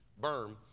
berm